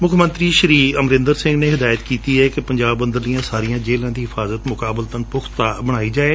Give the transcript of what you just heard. ਮੁੱਖ ਮੰਤਰੀ ਕੈਪਟਨ ਅਮਰਿੰਦਰ ਸਿੰਘ ਨੇ ਹਿਦਾੱਇਤ ਕੀਤੀ ਹੈ ਕਿ ਪੰਜਾਬ ਅੰਦਰਲੀਆਂ ਸਾਰੀਆਂ ਜੇਲਾਂ ਦੀ ਹਿਫਾਜਤ ਮੁਕਾਬਲਤਨ ਪੁਖਤਾ ਬਣਾਈ ਜਾਵੇ